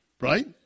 Right